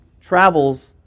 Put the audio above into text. travels